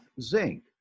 zinc